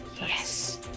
Yes